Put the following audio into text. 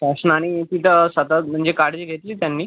शासनानी सुद्धा स्वतःच म्हणजे काळजी घेतली त्यांनी